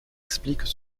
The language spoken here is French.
expliquent